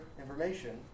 information